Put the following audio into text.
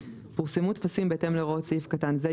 פורסמו טפסים בהתאם להוראות סעיף קטן זה,